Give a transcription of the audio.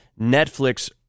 Netflix